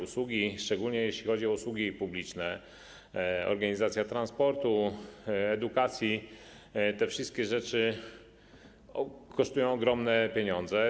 Usługi, szczególnie jeśli chodzi o usługi publiczne, organizacja transportu, edukacji - te wszystkie rzeczy kosztują ogromnie dużo.